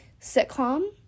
sitcom